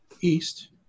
east